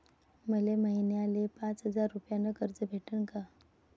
मले महिन्याले पाच हजार रुपयानं कर्ज भेटन का?